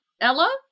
ella